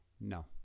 no